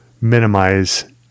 minimize